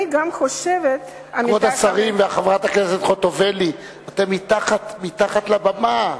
כבוד השרים, חברת הכנסת חוטובלי, אתם מתחת לבמה.